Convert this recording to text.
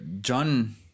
John